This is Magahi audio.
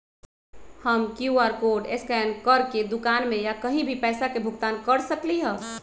हम कियु.आर कोड स्कैन करके दुकान में या कहीं भी पैसा के भुगतान कर सकली ह?